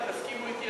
אם תסכימו אתי,